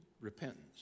repentance